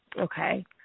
Okay